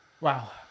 Wow